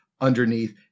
underneath